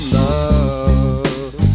love